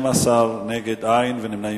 12, אין מתנגדים ואין ונמנעים.